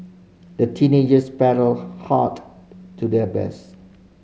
the teenagers paddled hard to their best